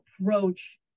approach